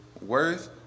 worth